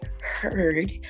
heard